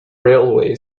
railway